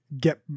get